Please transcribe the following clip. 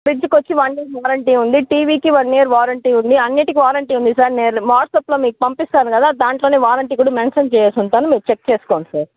ఫ్రీజ్జుకొచ్చి one year warranty ఉంది టీవీకి one year warranty ఉంది అన్నింటికీ వారింటి ఉంది సార్ నేను వాట్సప్లో మీకు పంపిస్తాను కదా దాంట్లోనే వారంటి కూడా మెన్షన్ చేసేసి ఉంటాను మీరు చెక్ చేసుకోండి సార్